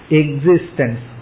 existence